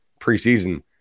preseason